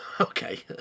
Okay